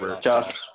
Josh